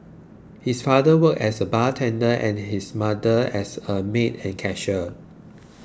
his father worked as a bartender and his mother as a maid and cashier